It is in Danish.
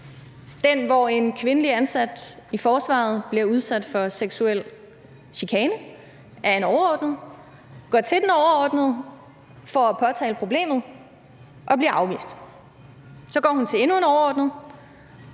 den, hvor en kvindelig ansat i forsvaret bliver udsat for seksuel chikane af en overordnet, går til den overordnede, får påtalt problemet og bliver afvist. Så går hun til endnu en overordnet